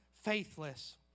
faithless